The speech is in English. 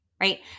right